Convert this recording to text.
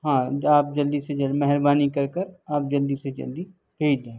ہاں آپ جلدی سے جلد مہربانی کر کر آپ جلدی سے جلدی بھیج دیں